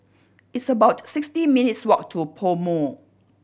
it's about sixty minutes' walk to PoMo